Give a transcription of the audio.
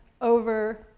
over